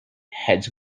heads